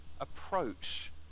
approach